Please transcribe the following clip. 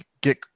Get